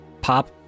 pop